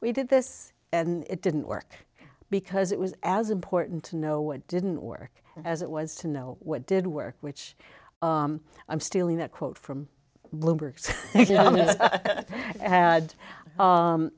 we did this and it didn't work because it was as important to know what didn't work as it was to know what did work which i'm stealing that quote from bloomberg